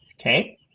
Okay